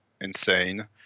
insane